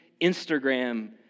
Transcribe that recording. Instagram